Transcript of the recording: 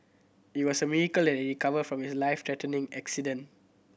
it was a miracle that he recovered from his life threatening accident